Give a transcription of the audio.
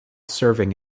serving